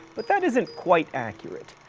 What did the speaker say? but that isn't quite accurate.